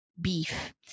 beef